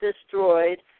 destroyed